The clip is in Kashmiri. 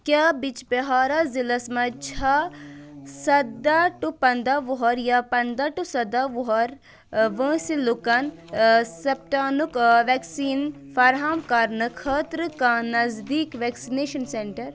کیٛاہ بِجبہارا ضلعس منٛز چھا سداه ٹو پنداه وۄہر یا پنداہ ٹو سداہ وۄہر وٲنٛسہِ لُکَن سیپٹانُک ویکسیٖن فراہم کرنہٕ خٲطرٕ کانٛہہ نزدیٖک ویکسِنیشن سینٹر